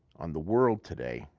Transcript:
on the world today,